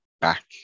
back